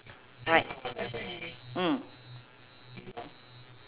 right mm